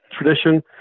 tradition